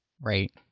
Right